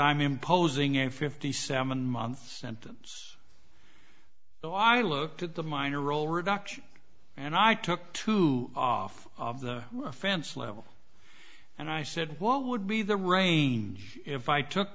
i'm imposing a fifty seven months and it's so i looked at the minor role reduction and i took two off of the fence level and i said what would be the range if i took